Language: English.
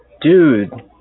Dude